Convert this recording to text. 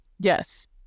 Yes